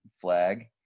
flag